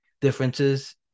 differences